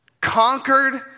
conquered